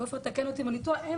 ועופר תקן אותי אם אני טועה,